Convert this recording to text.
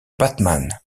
batman